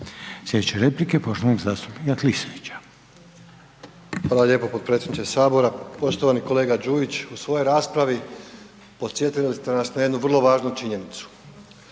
Sljedeća replika je poštovanog zastupnika Klisovića. **Klisović, Joško (SDP)** Hvala lijepo potpredsjedniče Sabora, poštovani kolega Đujić. U svojoj raspravi podsjetili ste nas na jednu vrlo važnu činjenicu,